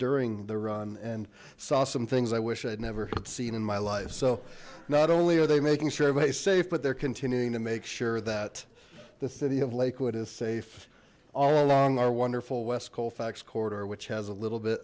during the run and saw some things i wish i'd never have seen in my life so not only are they making sure everybody's safe but they're continuing to make sure that the city of lakewood is safe all along our wonderful west colfax corridor which has a little bit